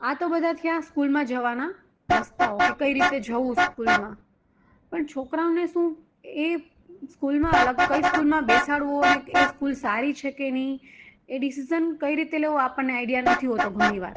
આ તો બધા થયા સ્કૂલમાં જવાના રસ્તાઓ કે કઈ રીતે જવું સ્કૂલમાં પણ છોકરાઓને શું એ સ્કૂલમાં અલગ કઈ સ્કૂલમાં બેસાડવો અને એ સ્કૂલ સારી છેકે નહીં એ ડિસિજન કઈ રીતે લેવો આપણને આઇડિયા નથી હોતો ઘણી વાર